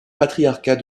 patriarcat